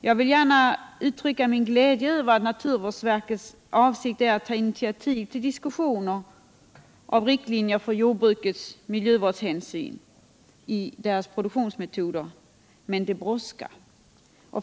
Jag vill gärna uttrycka min glädje över naturvårdsverkets avsikt att ta initiativ till diskussioner om riktlinjer för jordbrukets miljövårdshänsyn i dess produktionsmetoder. Men det brådskar.